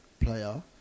player